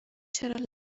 چرا